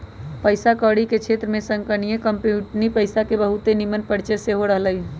पइसा कौरी के क्षेत्र में संगणकीय कंप्यूटरी पइसा के बहुते निम्मन परिचय सेहो रहलइ ह